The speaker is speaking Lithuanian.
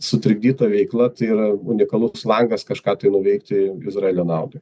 sutrikdyta veikla tai yra unikalus langas kažką tai nuveikti izraelio naudai